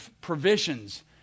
provisions